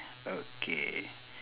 okay